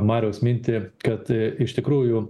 mariaus mintį kad iš tikrųjų